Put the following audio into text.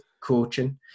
coaching